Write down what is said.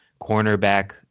cornerback